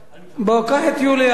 בוא, קח את יוליה ותדברו.